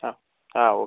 ആ ആ ഓക്കെ